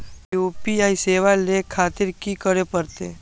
UPI सेवा ले खातिर की करे परते?